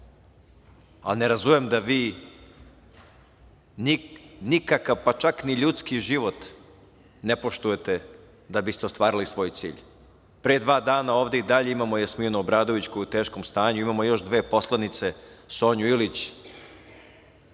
ali ne razumem da vi nikakav, pa čak ni ljudski život ne poštujete da biste ostvarili svoj cilj. Pre dva dana ovde i dalje imamo Jasminu Obradović koja je u teškom stanju, imamo još dve poslanice Sonju Ilić,